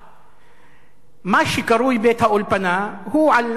מה שקרוי "בית האולפנה" הוא על אדמה פלסטינית פרטית,